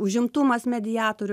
užimtumas mediatorių